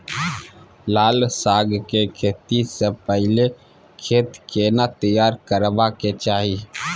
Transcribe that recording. लाल साग के खेती स पहिले खेत केना तैयार करबा के चाही?